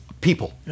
people